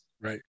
Right